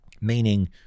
meaning—